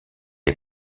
est